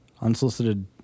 Unsolicited